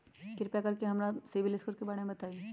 कृपा कर के हमरा सिबिल स्कोर के बारे में बताई?